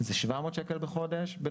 הוא 700 שקל בחודש.